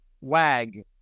wag